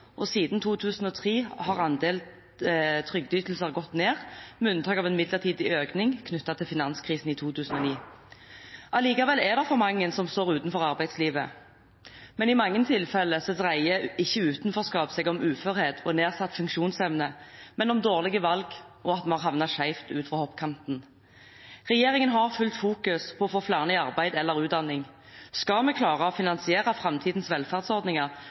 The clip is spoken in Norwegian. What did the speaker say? Siden 2003 har andelen trygdeytelser gått ned, med unntak av en midlertidig økning knyttet til finanskrisen i 2009. Allikevel er det for mange som står utenfor arbeidslivet. I mange tilfeller dreier ikke utenforskap seg om uførhet og nedsatt funksjonsevne, men om dårlige valg og at man har havnet skjevt ut fra hoppkanten. Regjeringen har fullt fokus på å få flere i arbeid eller utdanning. Skal vi klare å finansiere framtidens velferdsordninger,